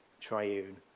triune